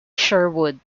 sherwood